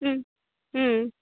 ம் ம்